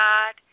God